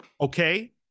okay